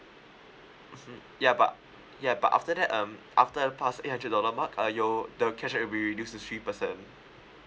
mmhmm ya but ya but after that um after uh past eight hundred dollar mark uh you the cashback will be reduced to three percent